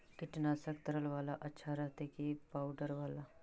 कीटनाशक तरल बाला अच्छा रहतै कि पाउडर बाला?